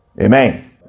Amen